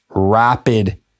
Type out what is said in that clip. Rapid